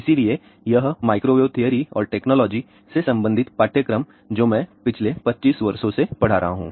इसलिए यह microwave theory और टेक्नोलॉजी से संबंधित पाठ्यक्रम जो मैं पिछले 25 वर्षों से पढ़ा रहा हूं